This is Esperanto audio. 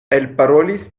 elparolis